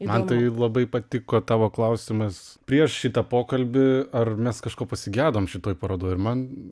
man tai labai patiko tavo klausimas prieš šitą pokalbį ar mes kažko pasigedom šitoj parodoj ir man